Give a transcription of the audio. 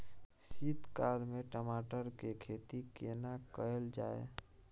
शीत काल में टमाटर के खेती केना कैल जाय?